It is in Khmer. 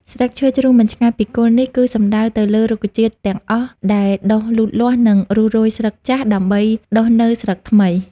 ស្លឹកឈើជ្រុះមិនឆ្ងាយពីគល់ នេះគឺសំដៅទៅលើរុក្ខជាតិទាំងអស់ដែលដុះលូតលាស់ និងរុះរោយស្លឹកចាស់ ដើម្បីដុះនូវស្លឹកថ្មី។